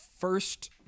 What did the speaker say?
first